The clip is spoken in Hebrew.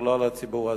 זה לא לציבור הזה,